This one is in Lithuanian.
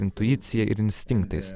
intuicija ir instinktais